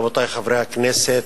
רבותי חברי הכנסת,